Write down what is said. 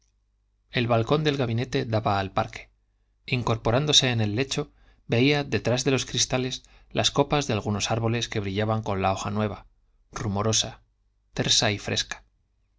el balcón del gabinete daba al parque incorporándose en el lecho veía detrás de los cristales las copas de algunos árboles que brillaban con la hoja nueva rumorosa tersa y fresca